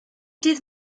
dydd